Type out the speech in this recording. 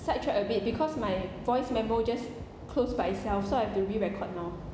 side track a bit because my voice memo just closed by itself so I have to be re-record now